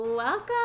Welcome